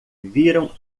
viram